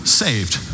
saved